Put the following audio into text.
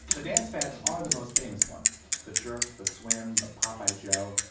the dance fans are the most famous ones the jerk, the swim, the popeye joe.